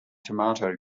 tomato